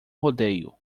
rodeio